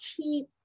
keep